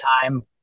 time